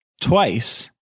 twice